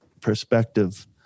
perspective